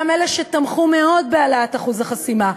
גם אלה שתמכו מאוד בהעלאת אחוז החסימה,